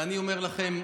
ואני אומר לכם,